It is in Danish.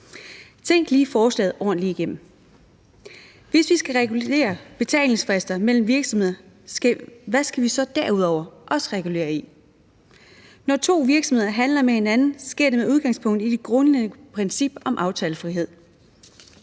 Tænk lige forslaget ordentligt igennem. Hvis vi skal regulere betalingsfrister mellem virksomheder, hvad skal vi så derudover også regulere i? Når to virksomheder handler med hinanden, sker det med udgangspunkt i det grundlæggende princip om aftalefrihed,